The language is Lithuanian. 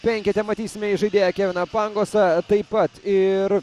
penkete matysime įžaidėją keviną pangosą taip pat ir